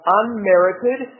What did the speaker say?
unmerited